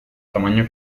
tamaño